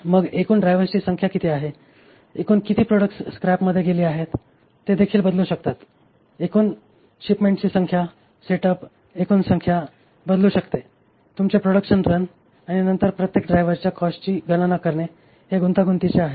मग एकूण ड्रायव्हर्सची संख्या किती आहे एकूण किती प्रॉडक्ट्स स्क्रॅपमध्ये गेली आहेत ते देखील बदलू शकतात एकूण शिपमेंटची संख्या सेटअप एकूण संख्या बदलू शकते तुमचे प्रोडक्शन रन आणि नंतर प्रत्येक ड्रायव्हरच्या कॉस्टची गणना करणे ते गुंतागुंतीचे आहे